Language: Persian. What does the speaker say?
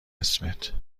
اسمت